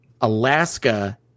Alaska –